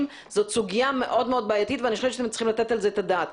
זאת סוגיה מאוד מאוד בעייתית ואני חושבת שאתם צריכים לתת על זה את הדעת.